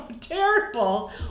Terrible